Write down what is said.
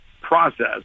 process